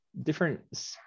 different